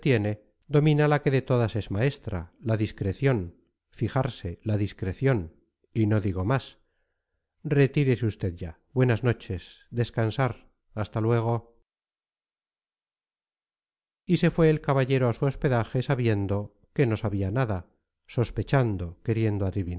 domina la que de todas es maestra la discreción fijarse la discreción y no digo más retírese usted ya buenas noches descansar hasta luego y se fue el caballero a su hospedaje sabiendo que no sabía nada sospechando queriendo